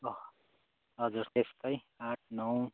हजुर त्यस्तै आठ नौ